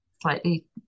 slightly